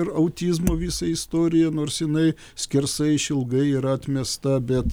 ir autizmo visą istoriją nors jinai skersai išilgai yra atmesta bet